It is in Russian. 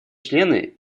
члены